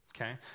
Okay